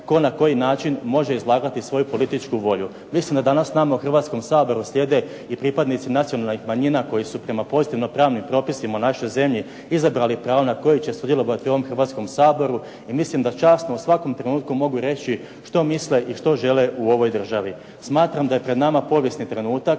tko na koji način može izlagati svoju političku volju. Mislim da danas s nama u Hrvatskom saboru sjede i pripadnici nacionalnih manjina koji su prema pozitivno pravnim propisima u našoj zemlji izabrali pravo na koje će sudjelovati u ovom Hrvatskom saboru. I mislim da časno u svakom trenutku mogu reći što misle i što žele u ovoj državi. Smatram da je pred nama povijesni trenutak